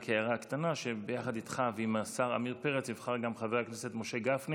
רק הערה קטנה: ביחד איתך ועם השר עמיר פרץ נבחר גם חבר הכנסת משה גפני